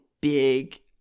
big